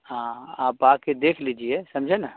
ہاں آپ آ کے دیکھ لیجیے سمجھے نا